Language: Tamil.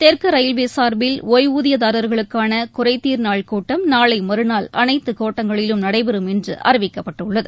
தெற்கு ரயில்வே சார்பில் ஒய்வூதியதாரர்களுக்கான குறைதீர் நாள் கூட்டம் நாளை மறுநாள் அனைத்து கோட்டங்களிலும் நடைபெறும் என்று அறிவிக்கப்பட்டுள்ளது